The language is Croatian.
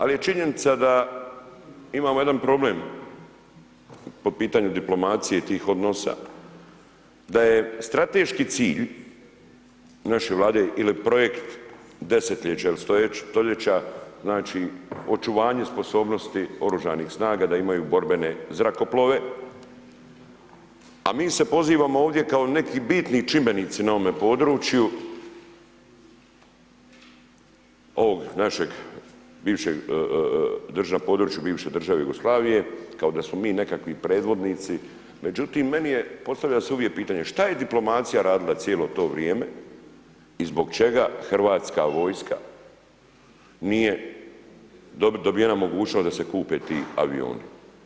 Al je činjenica da imamo jedan problem po pitanju diplomacije tih odnosa da je strateški cilj naše Vlade ili projekt desetljeća ili stoljeća znači očuvanje sposobnosti oružanih snaga da imaju borbene zrakoplove, a mi se pozivamo ovdje kao neki bitni čimbenici na ovome području ovog našeg bivšeg, državnom području bivše države Jugoslavije, kao da smo mi nekakvi predvodnici, međutim meni je postavlja se uvijek pitanje šta je diplomacija radila cijelo to vrijeme i zbog čega Hrvatska vojska nije dobijena mogućnost da se kupe ti avioni.